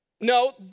No